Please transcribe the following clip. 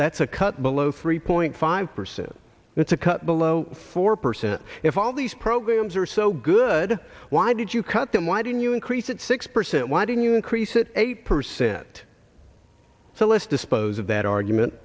that's a cut below free point five percent that's a cut below four percent if all these programs are so good why did you cut them why didn't you increase it six percent why didn't you increase it eight percent so let's dispose of that argument